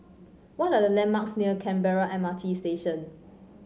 what are the landmarks near Canberra M R T Station